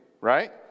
right